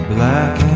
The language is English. Black